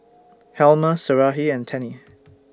Helmer Sarahi and Tennie